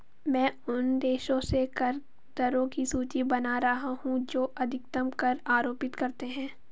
मैं उन देशों के कर दरों की सूची बना रहा हूं जो अधिकतम कर आरोपित करते हैं